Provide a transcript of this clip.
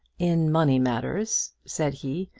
in money matters, said he,